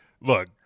look